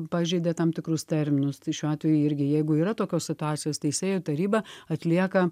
pažeidė tam tikrus terminus tai šiuo atveju irgi jeigu yra tokios situacijos teisėjų taryba atlieka